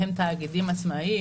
הם תאגידים עצמאיים.